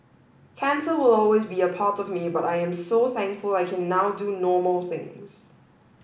cancer will always be a part of me but I am so thankful I can now do normal things